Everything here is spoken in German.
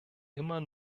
immer